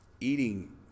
eating